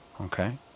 okay